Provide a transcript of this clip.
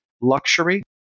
luxury